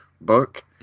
book